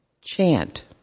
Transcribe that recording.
chant